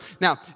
Now